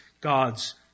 God's